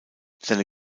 seine